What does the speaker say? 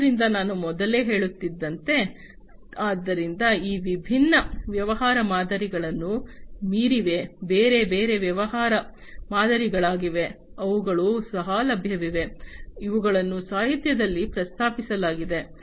ಆದ್ದರಿಂದ ನಾನು ಮೊದಲೇ ಹೇಳುತ್ತಿದ್ದಂತೆ ಆದ್ದರಿಂದ ಈ ವಿಭಿನ್ನ ವ್ಯವಹಾರ ಮಾದರಿಗಳನ್ನು ಮೀರಿವೆ ಬೇರೆ ಬೇರೆ ವ್ಯವಹಾರ ಮಾದರಿಗಳಿವೆ ಅವುಗಳು ಸಹ ಲಭ್ಯವಿವೆ ಇವುಗಳನ್ನು ಸಾಹಿತ್ಯದಲ್ಲಿ ಪ್ರಸ್ತಾಪಿಸಲಾಗಿದೆ